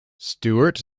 stuart